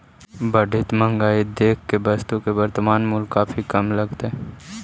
बढ़ित महंगाई देख के वस्तु के वर्तनमान मूल्य काफी कम लगतइ